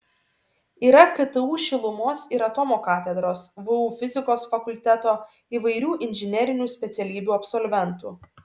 yra ktu šilumos ir atomo katedros vu fizikos fakulteto įvairių inžinerinių specialybių absolventų